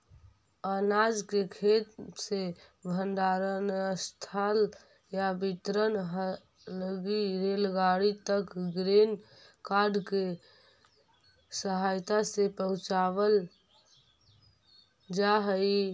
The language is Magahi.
अनाज के खेत से भण्डारणस्थल या वितरण हलगी रेलगाड़ी तक ग्रेन कार्ट के सहायता से पहुँचावल जा हई